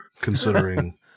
considering